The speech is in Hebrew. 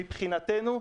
מבחינתנו,